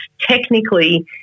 technically